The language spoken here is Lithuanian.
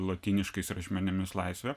lotyniškais rašmenimis laisvė